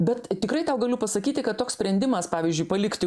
bet tikrai tau galiu pasakyti kad toks sprendimas pavyzdžiui palikti